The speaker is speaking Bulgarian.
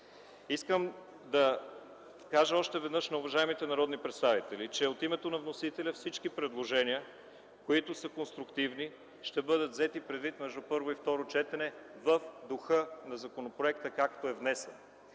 искам да кажа на уважаемите народни представители, че от името на вносителя всички предложения, които са конструктивни, ще бъдат взети предвид между първо и второ четене в духа на законопроекта, както е внесен.